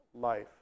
life